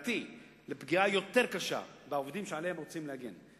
לפגיעה יותר קשה בעובדים שעליהם רוצים להגן.